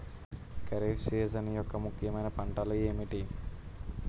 Kharif season యెక్క ముఖ్యమైన పంటలు ఏమిటీ?